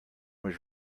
was